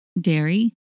dairy